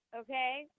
okay